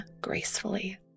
gracefully